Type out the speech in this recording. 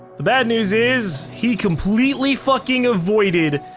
the bad news is he completely fucking avoided,